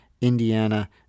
Indiana